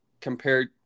compared